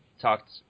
talked